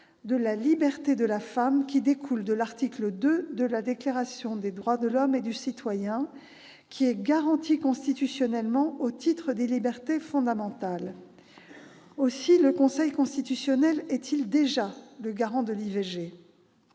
de « la liberté de la femme qui découle de l'article II de la Déclaration des droits de l'homme et du citoyen », laquelle est garantie constitutionnellement au titre des libertés fondamentales. Aussi le Conseil constitutionnel est-il déjà le garant de l'IVG.